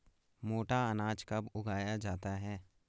मोटा अनाज कब उगाया जाता है?